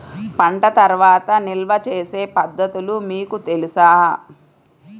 పంట తర్వాత నిల్వ చేసే పద్ధతులు మీకు తెలుసా?